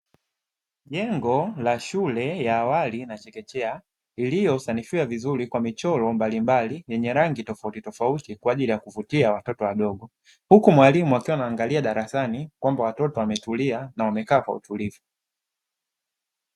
Jengo la shule ya awali ya chekechea iliyosanifiwa vizuri kwa michoro mbalimbali yenye rangi tofauti tofauti, kwa ajili ya kuvutia wadogo. Huku mwalimu akiwa anaangalia darasani kwamba watoto wametulia na wamekaa kwa utulivu.